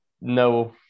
No